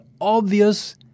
obvious